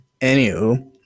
Anywho